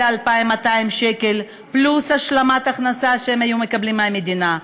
ל-2,200 שקל פלוס השלמת הכנסה שהם היו מקבלים מהמדינה.